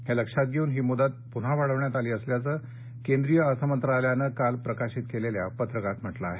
हे लक्षात घेऊन ही मुदत पून्हा वाढविण्यात आली असल्याचं केंद्रीय अर्थमंत्रालयानं काल प्रसिद्ध केलेल्या पत्रकात म्हटलं आहे